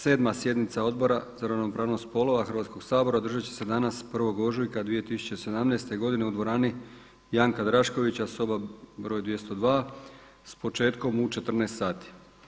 7. sjednica Odbora za ravnopravnost spolova Hrvatskoga sabora održat će se danas 1. ožujka 2017. godine u dvorani „Janka Draškovića“ soba broj 202 s početkom u 14 sati.